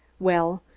well,